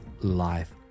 life